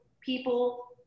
people